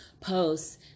posts